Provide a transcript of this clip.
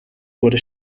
wurde